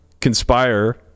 conspire